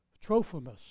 Trophimus